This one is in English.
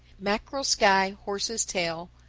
mackerel sky, horse's tail,